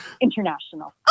international